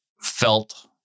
felt